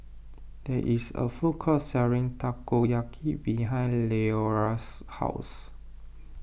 there is a food court selling Takoyaki behind Leora's house